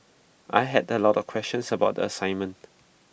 I had A lot of questions about the assignment